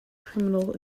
criminal